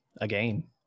again